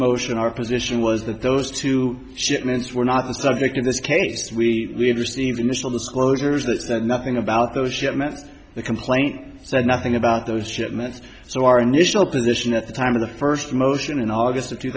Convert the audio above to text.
motion our position was that those two shipments were not the subject in this case we had received in this will disclose or is that nothing about those shipments the complaint said nothing about those shipments so our initial position at the time of the first motion in august of two